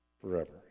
forever